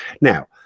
now